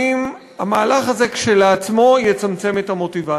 האם המהלך הזה כשלעצמו יצמצם את המוטיבציה.